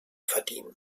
verdienen